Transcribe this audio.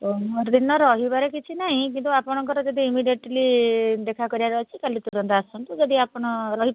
ପଅରଦିନ ରହିବାର କିଛି ନାହିଁ କିନ୍ତୁ ଆପଣଙ୍କର ଯଦି ଇମିଡ଼ିଏଟ୍ଲି ଦେଖା କରିବାର ଅଛି କାଲି ତୁରନ୍ତ ଆସନ୍ତୁ ଯଦି ଆପଣ ରହି